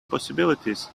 possibilities